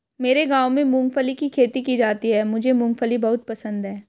मेरे गांव में मूंगफली की खेती की जाती है मुझे मूंगफली बहुत पसंद है